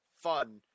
fun